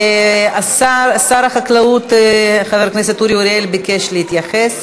שר החקלאות חבר הכנסת אורי אוריאל ביקש להתייחס.